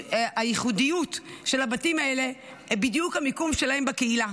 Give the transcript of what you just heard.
הייחודיות של הבתים האלה היא בדיוק המיקום שלהם בקהילה,